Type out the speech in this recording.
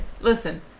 listen